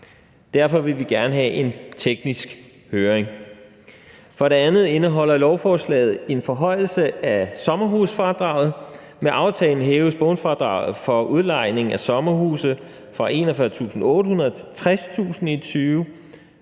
Derfor vil vi gerne have en teknisk høring. For det andet indeholder lovforslaget et forslag om en forhøjelse af sommerhusfradraget. Med aftalen hæves bundfradraget for udlejning af sommerhuse fra 41.800